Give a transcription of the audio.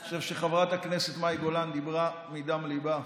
אני חושב שחברת הכנסת מאי גולן דיברה מדם ליבה.